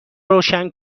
روشن